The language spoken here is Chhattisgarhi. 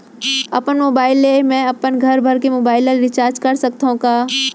अपन मोबाइल ले मैं अपन घरभर के मोबाइल ला रिचार्ज कर सकत हव का?